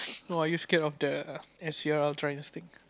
no are you scared of the